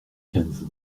quinze